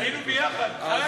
היינו יחד.